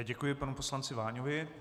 Děkuji panu poslanci Váňovi.